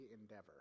endeavor